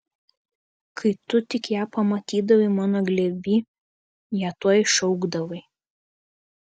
kai tu tik ją pamatydavai mano glėby ją tuoj šaukdavai